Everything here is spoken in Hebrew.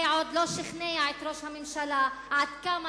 זה עוד לא שכנע את ראש הממשלה עד כמה